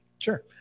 Sure